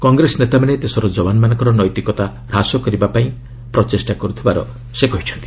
କଂଗ୍ରେସ ନେତାମାନେ ଦେଶର ଜବାନମାନଙ୍କର ନୈତିକତା ହ୍ରାସ କରିବାକୁ ଚେଷ୍ଟା କରୁଥିବାର ସେ କହିଛନ୍ତି